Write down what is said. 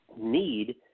need